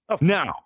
Now